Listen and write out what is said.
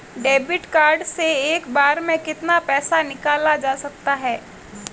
Debit card से एक बार में कितना पैसा निकाला जा सकता है?